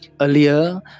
Earlier